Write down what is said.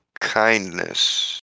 kindness